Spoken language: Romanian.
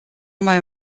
mai